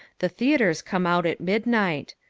the theatres come out at midnight.